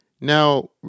Now